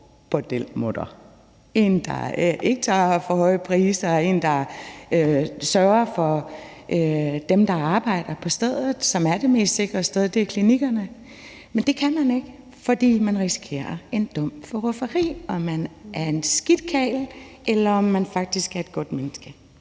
en, der ikke tager for høje priser, og en, der sørger for dem, der arbejder på stedet, som er det mest sikre sted. Det er klinikkerne. Men det kan man ikke, fordi man risikerer en dom for rufferi, om man så er en skidt karl, eller om man faktisk er et godt menneske.